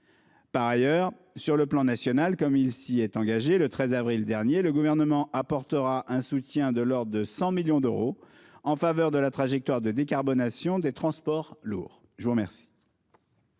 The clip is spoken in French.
Par ailleurs, sur le plan national, comme il s'y est engagé le 13 avril dernier, le Gouvernement apportera un soutien de l'ordre de 100 millions d'euros en faveur de la trajectoire de décarbonation des transports lourds. La parole